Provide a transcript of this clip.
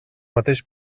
mateix